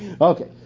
Okay